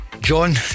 John